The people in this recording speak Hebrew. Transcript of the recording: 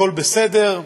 הכול בסדר,